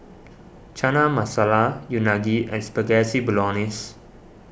Chana Masala Unagi and Spaghetti Bolognese